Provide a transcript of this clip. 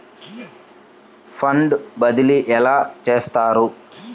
Fund బదిలీ ఎలా చేస్తారు?